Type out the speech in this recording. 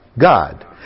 God